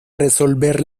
resolver